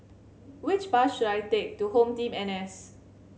which bus should I take to HomeTeam N S